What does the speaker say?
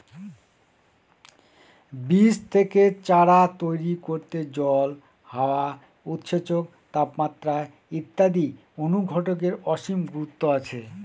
বীজ থেকে চারা তৈরি করতে জল, হাওয়া, উৎসেচক, তাপমাত্রা ইত্যাদি অনুঘটকের অসীম গুরুত্ব আছে